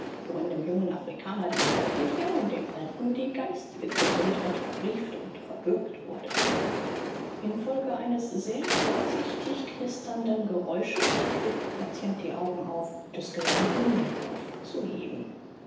worin dem jungen afrikaner die leibliche und dem alten die geistige gesundheit verbrieft und verbürgt wurde infolge eines sehr vorsichtig knisternden geräusches schlug der patient die augen auf und es gelang ihm den kopf zu heben